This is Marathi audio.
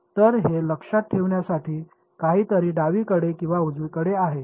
तर हे लक्षात ठेवण्यासाठी काहीतरी डावीकडे किंवा उजवीकडे आहे